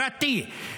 פרטי.